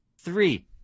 three